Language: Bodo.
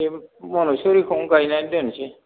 मन'शरिखौनो गायनानै दोननोसै